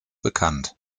bekannt